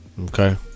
Okay